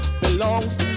belongs